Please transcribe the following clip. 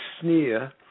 sneer